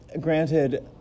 granted